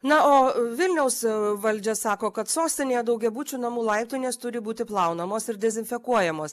na o vilniaus valdžia sako kad sostinėje daugiabučių namų laiptinės turi būti plaunamos ir dezinfekuojamos